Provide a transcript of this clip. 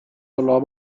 olla